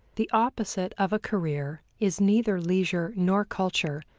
the opposite of a career is neither leisure nor culture,